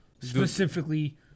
specifically